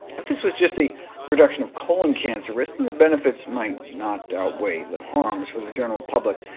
if this was just a reduction of colon cancer risk, then the benefits might not outweigh the harms for the general public,